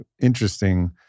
interesting